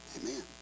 Amen